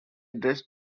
dressed